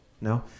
No